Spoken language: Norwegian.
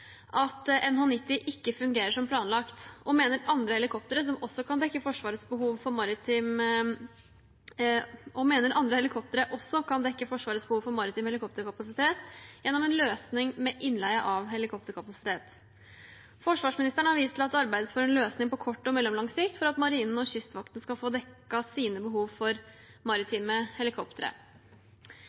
at NH90 ikke fungerer som planlagt, og mener at andre helikoptre også kan dekke Forsvarets behov for maritim helikopterkapasitet gjennom en løsning med innleie av helikopterkapasitet. Forsvarsministeren har vist til at det arbeides for en løsning på kort og mellomlang sikt for at marinen og Kystvakten skal få dekket sine behov for maritime helikoptre.